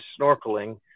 snorkeling